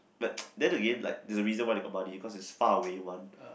but then again like is the reason why they got buddy because is far away one